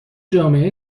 جامعه